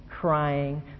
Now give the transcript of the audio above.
crying